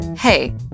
Hey